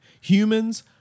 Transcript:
Humans